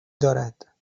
دارد